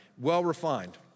well-refined